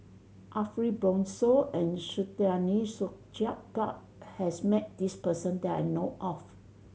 Ariff Bongso and Saktiandi Supaat has met this person that I know of